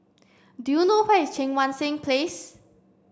do you know where is Cheang Wan Seng Place